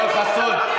אזרחות?